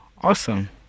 Awesome